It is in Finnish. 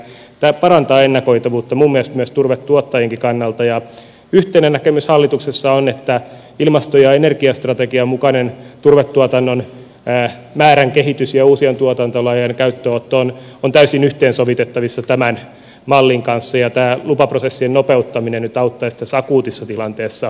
tämä parantaa ennakoitavuutta minun mielestäni myös turvetuottajien kannalta ja yhteinen näkemys hallituksessa on että ilmasto ja energiastrategian mukainen turvetuotannon määrän kehitys ja uusien tuotantolajien käyttöönotto on täysin yhteensovitettavissa tämän mallin kanssa ja tämä lupaprosessien nopeuttaminen nyt auttaisi tässä akuutissa tilanteessa